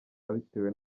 abitewe